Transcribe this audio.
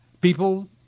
People